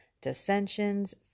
dissensions